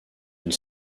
une